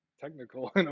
Technical